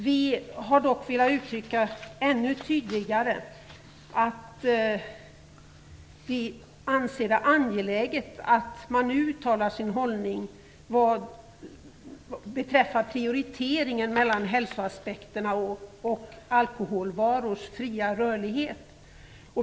Vi har dock velat uttrycka ännu tydligare att vi anser det angeläget att man nu uttalar sin hållning beträffande prioriteringen mellan hälsoaspekterna och alkoholvarors fria rörlighet.